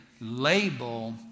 label